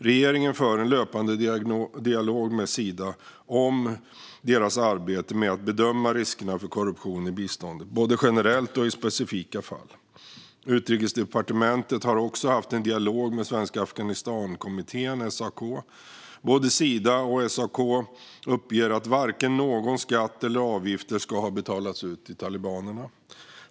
Regeringen för en löpande dialog med Sida om deras arbete med att bedöma riskerna för korruption i biståndet, både generellt och i specifika fall. Utrikesdepartementet har också haft en dialog med Svenska Afghanistankommittén, SAK. Både Sida och SAK uppger att varken någon skatt eller några avgifter ska ha betalats ut till talibanerna.